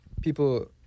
people